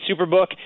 Superbook